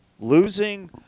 Losing